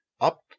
up